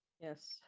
Yes